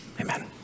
Amen